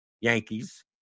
Yankees